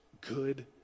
good